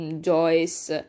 Joyce